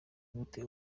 gute